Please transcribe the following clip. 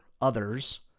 others